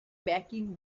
backing